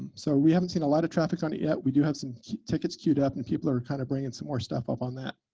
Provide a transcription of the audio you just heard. so we haven't seen a lot of traffic on it yet. we do have some tickets queued up and people are kind of bringing some more stuff up on that.